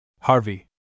Harvey